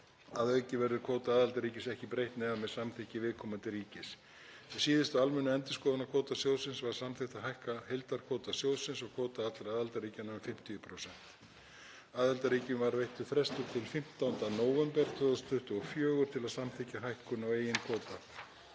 Að auki verður kvóta aðildarríkis ekki breytt nema með samþykki viðkomandi ríkis. Við síðustu almennu endurskoðun á kvóta sjóðsins var samþykkt að hækka heildarkvóta sjóðsins og kvóta allra aðildarríkjanna um 50%. Aðildarríkjum var veittur frestur til 15. nóvember 2024 til að samþykkja hækkun á eigin kvóta.